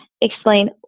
explain